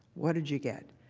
what did you get?